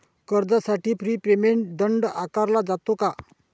कर्जासाठी prepayment दंड आकारला जातो का?